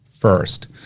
First